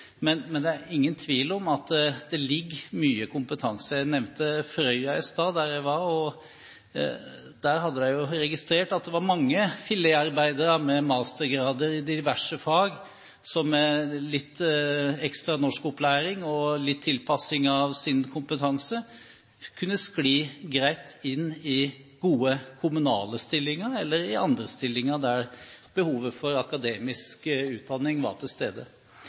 men det er ingen tvil om at det ligger mye kompetanse der. Jeg nevnte i stad at jeg hadde vært på Frøya. Der hadde de registrert at det var mange filetarbeidere med mastergrader i diverse fag, som med litt ekstra norskopplæring og litt tilpassing av sin kompetanse kunne skli greit inn i gode kommunale stillinger eller i andre stillinger der behovet for akademisk utdanning var til stede.